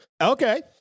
okay